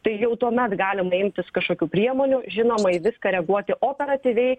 tai jau tuomet galima imtis kažkokių priemonių žinoma į viską reaguoti operatyviai